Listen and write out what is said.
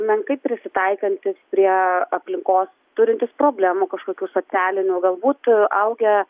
menkai prisitaikantys prie aplinkos turintys problemų kažkokių socialinių galbūt augę